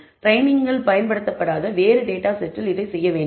ட்ரெய்னிங்கில் பயன்படுத்தப்படாத வேறு டேட்டா செட்டில் இதைச் செய்ய வேண்டும்